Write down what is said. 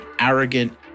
arrogant